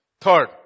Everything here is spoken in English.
Third